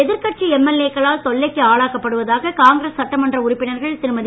எதிர்க்கட்சி எம்எல்ஏ க்களால் தொல்லைக்கு புதுவையில் ஆளாக்கப்படுவதாக காங்கிரஸ் சட்டமன்ற உறுப்பினர்கள் திருமதி